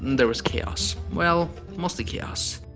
there was chaos. well mostly chaos.